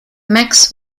max